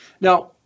Now